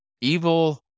evil